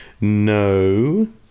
No